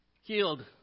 healed